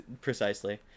precisely